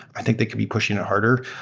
i think they could be pushing it harder.